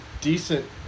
decent